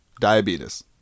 diabetes